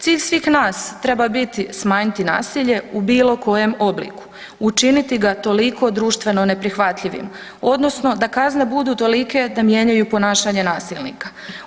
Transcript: Cilj svih nas treba biti smanjiti nasilje u bilo kojem obliku, učiniti ga toliko društveno neprihvatljivim odnosno da kazne budu tolike da mijenjaju ponašanje nasilnika.